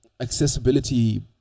accessibility